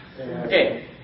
Okay